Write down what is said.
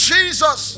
Jesus